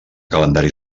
calendari